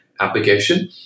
application